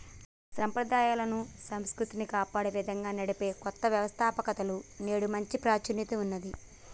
సంప్రదాయాలను, సంస్కృతిని కాపాడే విధంగా నడిపే కొత్త వ్యవస్తాపకతలకు నేడు మంచి ప్రాచుర్యం ఉన్నది